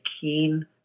keen